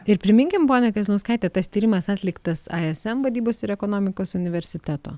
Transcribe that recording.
ir priminkim ponia kazlauskaite tas tyrimas atliktas ism vadybos ir ekonomikos universiteto